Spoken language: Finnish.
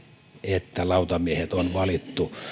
että lautamiehet on valittu